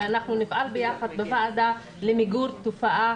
ואנחנו נפעל ביחד בוועדה למיגור תופעה